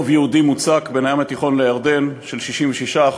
רוב יהודי מוצק בין הים התיכון לירדן, של 66%,